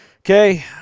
Okay